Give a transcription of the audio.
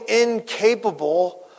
incapable